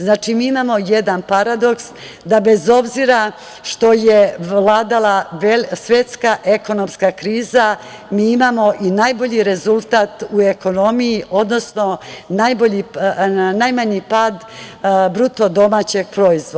Znači, mi imamo jedan paradoks da bez obzira što je vladala svetska ekonomska kriza, mi imamo i najbolji rezultat u ekonomiji, odnosno najmanji pad BDP.